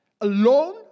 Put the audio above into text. alone